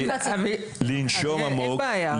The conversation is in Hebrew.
אין בעיה,